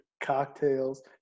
Cocktails